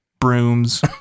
brooms